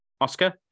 oscar